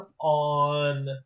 on